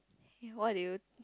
you what did you